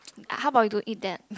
how about you don't eat that